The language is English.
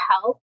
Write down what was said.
help